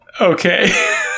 Okay